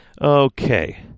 Okay